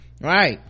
Right